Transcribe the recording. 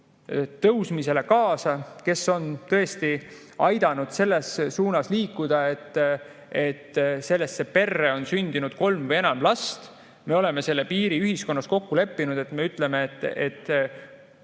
[suurenemisele] kaasa, kes on tõesti aidanud selles suunas liikuda, et peredesse sünniks kolm või enam last. Me oleme selle piiri ühiskonnas kokku leppinud, me ütleme, et